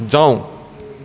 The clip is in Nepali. जाऊँ